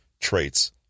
traits